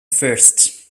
first